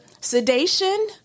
sedation